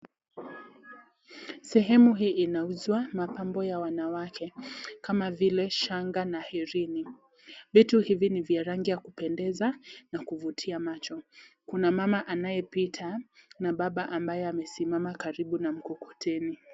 Sehemu hii inauzwa mapambo ya wanawake kama vile shanga na herini. Vitu hivi ni vya rangi ya kupendeza na kuvutia macho. Kuna mama anayepita na baba ambaye amesimama karibu na mkokoteni.